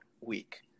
week